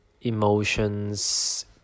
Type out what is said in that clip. emotions